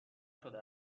شده